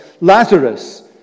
Lazarus